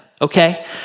okay